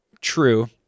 True